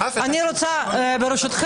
מהסקירה שלו עולה והתברר,